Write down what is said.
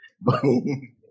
Boom